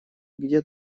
где